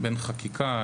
בין חקיקה.